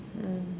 mm